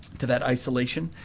to that isolation,